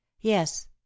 Yes